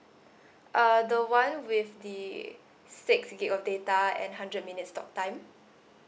uh the one with the six gig of data and hundred minutes talk time